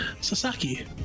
Sasaki